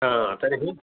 तर्हि